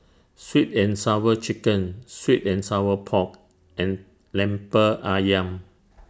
Sweet and Sour Chicken Sweet and Sour Pork and Lemper Ayam